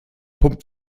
pump